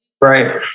Right